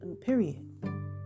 period